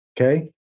okay